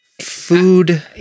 food